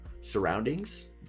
surroundings